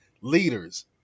leaders